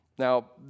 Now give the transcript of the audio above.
Now